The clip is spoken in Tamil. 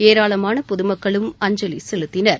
ஏராளமான பொதுமக்களும் அஞ்சலி செலுத்தினர்